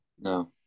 No